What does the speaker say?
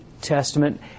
Testament